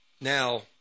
Now